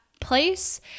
place